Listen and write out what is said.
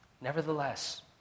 Nevertheless